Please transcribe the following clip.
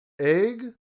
Egg